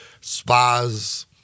spas